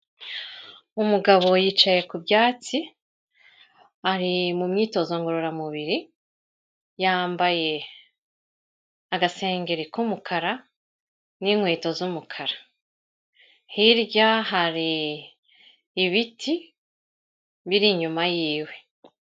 Umugabo yicaye ku byatsi ari mu myitozo ngororamubiri, yambaye agasengeri k'umukara n'inkweto z'umukara, hirya hari ibiti biri inyuma yiwe.